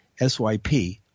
SYP